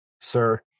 sir